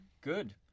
Good